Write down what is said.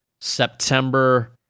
September